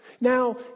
Now